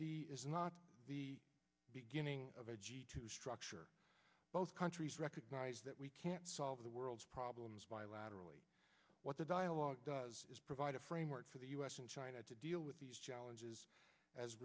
d is not the beginning of a g two structure both countries recognize that we can't solve the world's problems bilaterally what the dialogue does is provide a framework for the u s and china to deal with these challenges as